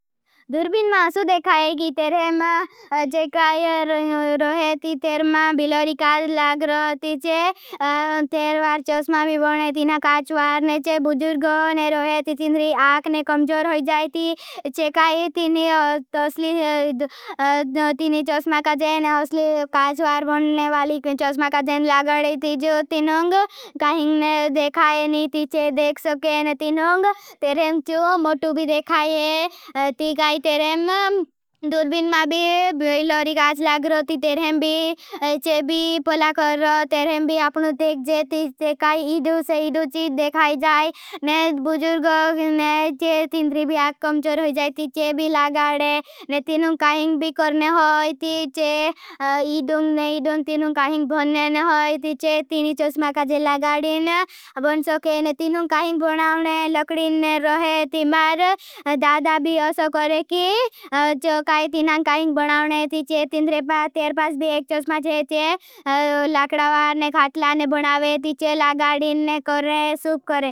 दुर्बिन मासु देखाये कि तेरे मा जेकायर रोहेती। तेर मा बिलोरी काज लाग रोती। चे तेर वार चोस्मा भी बनने तीना काछवार ने चे बुजुर्गोने रोहेती। तीन री आखने कमजोर होई जायती। चे काई तीनी चोस्मा का जेन होसली काछवार बनने वाली चोस्मा का जेन लगड़ेती। जो तीन हुंग काहिंग ने देखाये नहीं ती चे देख सकेन। तीन हुंग तेरेम चू मोटू भी देखाये। ती काई तेरेम दुर्बिन मा भी बिलोरी काज लाग रोती तेरेम भी चेभ जायती। चे भी लगड़े ने तीन उंग काहिंग भी करने होयती। चे इडुंग ने इडुंग तीन उंग काहिंग बनने ने होयती। चे तीनी चोस्मा का जेन लगड़ेन बन सकेन तीन उंग काहिंग बनावने लकड़ेन रोहेती। मार दादा भी असो करे की चो काई तीनां काहि इनने कोरे, सूप कोरे